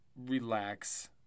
relax